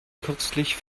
kürzlich